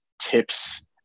tips